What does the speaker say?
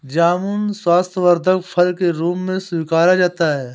जामुन स्वास्थ्यवर्धक फल के रूप में स्वीकारा जाता है